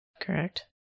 Correct